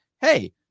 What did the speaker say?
Hey